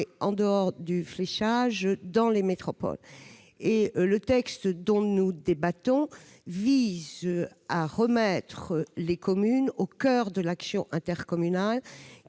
en dehors du fléchage, dans les métropoles. Le texte dont nous débattons vise à remettre les communes au coeur de l'action intercommunale,